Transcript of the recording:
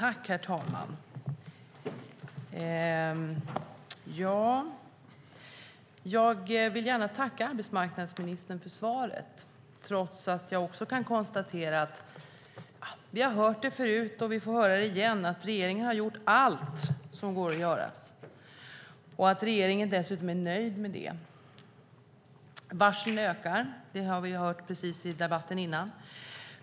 Herr talman! Jag vill gärna tacka arbetsmarknadsministern för svaret, trots att jag också kan konstatera att vi har hört förut och vi får höra igen att regeringen har gjort allt som går att göra och att regeringen dessutom är nöjd med det. Varslen ökar. Det har vi precis hört i debatten innan.